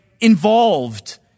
involved